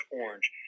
orange